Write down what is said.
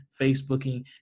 facebooking